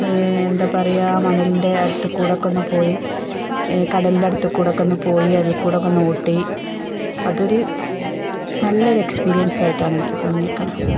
എന്താണ് പറയുക മണലിൻ്റെ അടുത്തുകൂടിയൊന്ന് പോയി കടലിൻ്റെ അടുത്തുകൂടിയൊക്കെയൊന്ന് പോയി അതില് കൂടെയൊക്കെയൊന്ന് ഓട്ടി അതൊരു നല്ലയൊരു എക്സ്പീരിയൻസായിട്ടാണ് എനിക്ക് തോന്നിയേക്കുന്നത്